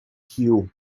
cue